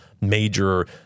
major